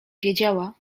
wiedziała